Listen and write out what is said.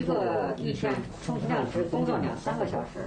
הגיעו למקום שהם לא מכירים.